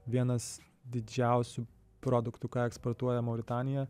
vienas didžiausių produktų ką eksportuoja mauritanija